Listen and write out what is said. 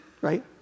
right